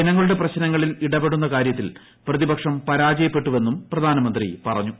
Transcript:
ജനങ്ങളുടെ പ്രശ്നങ്ങളിൽ ഇടപെടുന്ന കാര്യത്തിൽ പ്രതിപക്ഷം പരാജയപ്പെട്ടുവെന്നും പ്രധാനമന്ത്രി പറഞ്ഞു